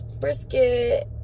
brisket